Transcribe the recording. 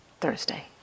Thursday